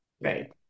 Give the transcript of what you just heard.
Right